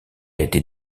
été